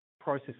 process